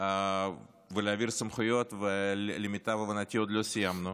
ולהעביר סמכויות, ולמיטב הבנתי, עוד לא סיימנו.